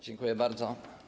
Dziękuję bardzo.